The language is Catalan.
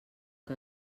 que